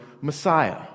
Messiah